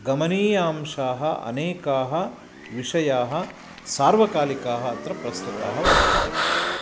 गमनीयांशाः अनेकाः विषयाः सार्वकालिकाः अत्र प्रस्तुताः वर्तन्ते